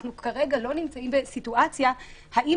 אנחנו כרגע לא נמצאים בסיטואציה האם